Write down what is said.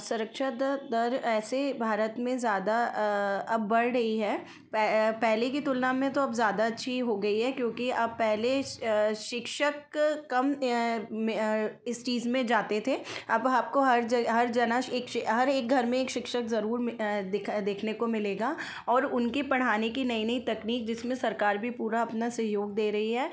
संरक्षा दर दर ऐसे ही भारत में ज़्यादा अब बढ़ रही है पे पहले की तुलना में तो अब ज़्यादा अच्छी हो गई है क्योंकि अब पहले शिक्षक कम मे इस चीज़ में जाते थे अब आपको हर ज हर जना एक सी हर एक घर में एक शिक्षक जरूर में दिख देखने को मिलेगा और उनकी पढ़ाने की नई नई तकनीक जिसमे सरकार भी पूरा अपना सहयोग दे रही है